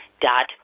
dot